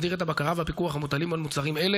מסדיר את הבקרה והפיקוח המוטלים על מוצרים אלה,